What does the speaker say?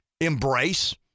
embrace